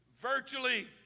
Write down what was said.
virtually